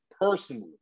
personally